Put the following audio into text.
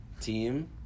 team